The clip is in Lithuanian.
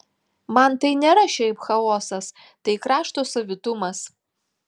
man tai nėra šiaip chaosas tai krašto savitumas